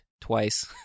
twice